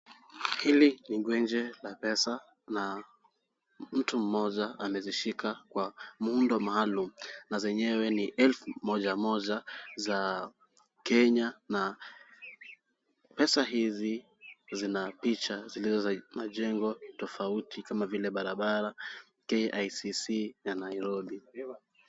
Hili ni gweje la pesa na mtu mmoja amezishika kwa muundo maalum n zsnyewe nu elfu moja moja za Kenya na pesa hizi zina picha zilizo za majengo tofauti kama barabara, KICC ya Nairobi.